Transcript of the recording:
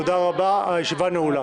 תודה לכולכם, הישיבה נעולה.